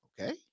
okay